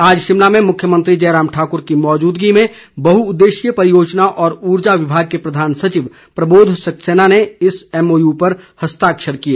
आज शिमला में मुख्यमंत्री जयराम ठाकुर की मौजूदगी में बहुउददेशीय परियोजना और उर्जा विभाग के प्रधान सचिव प्रबोध सक्सैना ने इस एमओयू पर हस्तक्षर किए